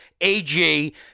AG